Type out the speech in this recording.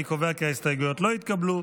אני קובע כי ההסתייגויות לא התקבלו.